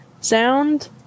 sound